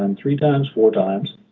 and three, times, four times,